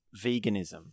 veganism